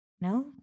No